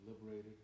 liberated